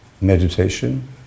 meditation